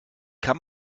kann